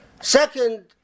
Second